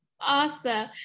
Awesome